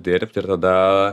dirbt ir tada